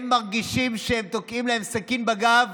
הם מרגישים שתוקעים להם סכין בגב